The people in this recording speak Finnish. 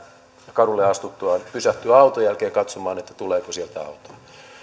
kadulle astuttuaan pysähtyä auton jälkeen katsomaan että tuleeko sieltä auto